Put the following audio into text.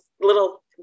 little